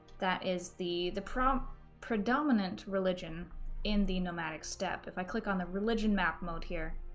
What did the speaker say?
that is the the prom predominant religion in the nomadic steppe. if i click on the religion map mode here,